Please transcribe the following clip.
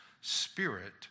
spirit